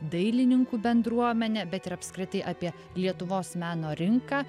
dailininkų bendruomenę bet ir apskritai apie lietuvos meno rinką